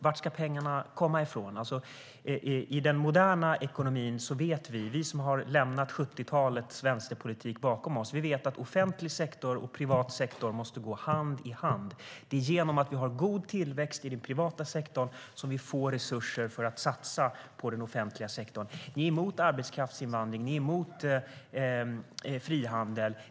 Vi som har lämnat 70-talets vänsterpolitik bakom oss vet att den offentliga sektorn och privata sektorn måste gå hand i hand i en modern ekonomi. Om det finns en god tillväxt i den privata sektorn får vi resurser för att satsa på den offentliga sektorn. Ni är emot arbetskraftsinvandring och frihandel.